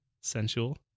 sensual